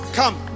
come